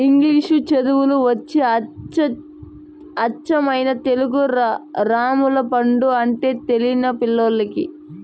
ఇంగిలీసు చదువులు వచ్చి అచ్చమైన తెలుగు రామ్ములగపండు అంటే తెలిలా పిల్లోల్లకి